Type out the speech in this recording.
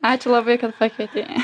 ačiū labai kad pakvietei